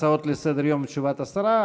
הצעות לסדר-היום ותשובת השרה.